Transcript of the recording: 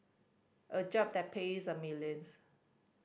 a job that pays a millions